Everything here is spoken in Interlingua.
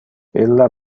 illa